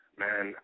man